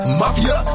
mafia